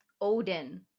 Odin